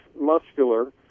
muscular